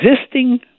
existing